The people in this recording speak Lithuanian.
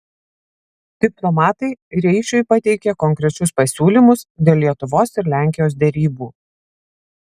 diplomatai reišiui pateikė konkrečius pasiūlymus dėl lietuvos ir lenkijos derybų